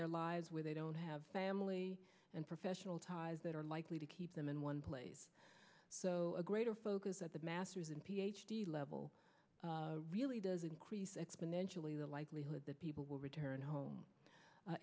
their lives where they don't have family and professional ties that are likely to keep them in one place so a greater focus at the master's and ph d level really does increase exponentially the likelihood that people will return home